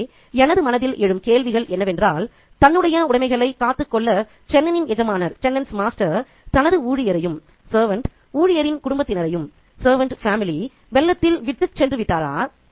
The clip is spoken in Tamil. எனவே எனது மனதில் எழும் கேள்விகள் என்னவென்றால் தன்னுடைய உடைமைகளை காத்துக் கொள்ள சென்னனின் எஜமானர்Chennan's master தனது ஊழியரையும் ஊழியரின் குடும்பத்தினரையும் வெள்ளத்தில் விட்டு சென்றுவிட்டாரா